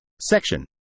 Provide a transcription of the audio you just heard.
Section